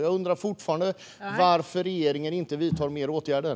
Jag undrar fortfarande varför regeringen inte vidtar fler åtgärder.